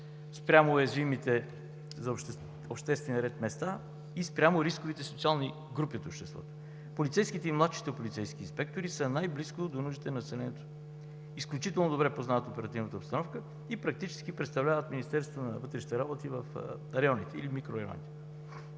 спрямо уязвимите за обществения ред места и рисковите социални групи от обществото. Полицейските и младшите полицейски инспектори са най-близко до нуждите на населението. Изключително добре познават оперативната обстановка и практически представляват Министерството на вътрешните работи в районите или микрорайоните,